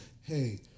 hey